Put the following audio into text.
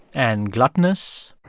and gluttonous.